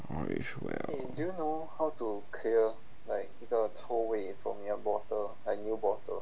all is well